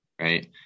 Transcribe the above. right